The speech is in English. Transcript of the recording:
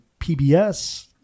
PBS